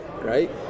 right